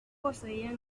poseía